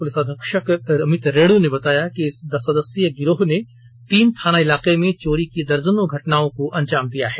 police अधीक्षक अमित रेणू ने बताया कि इस दस सदस्यीय गिरोह ने तीन थाना इलाके में चोरी की दर्जनों घटनाओं को अंजाम दिया है